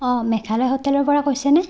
অঁ মেঘালয় হোটেলৰ পৰা কৈছে নে